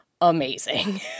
amazing